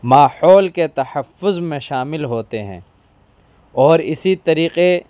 ماحول کے تحفظ میں شامل ہوتے ہیں اور اسی طریقے